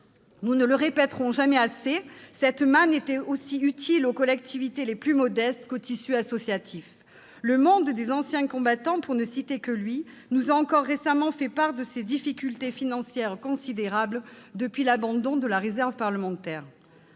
Nous ne le répéterons jamais assez : cette manne était aussi utile aux collectivités les plus modestes qu'au tissu associatif. C'est vrai ! Le monde des anciens combattants, pour ne citer que lui, nous a encore récemment fait part des difficultés financières considérables qu'il rencontre depuis la suppression de la réserve parlementaire.